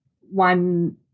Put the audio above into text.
one